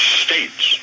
states